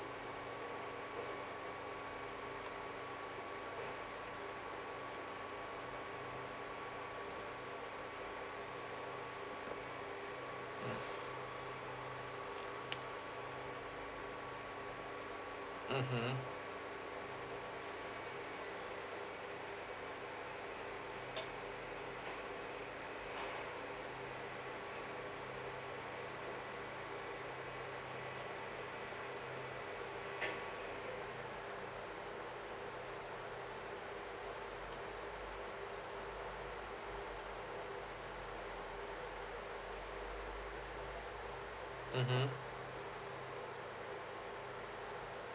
mmhmm mmhmm